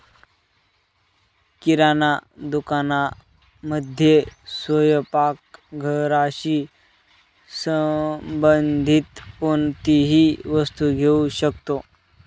किराणा दुकानामध्ये स्वयंपाक घराशी संबंधित कोणतीही वस्तू घेऊ शकतो